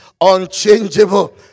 unchangeable